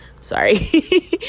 sorry